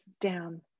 down